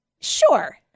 Sure